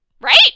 Right